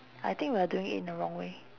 I think we are doing it in the wrong way